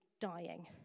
dying